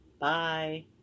Bye